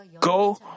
go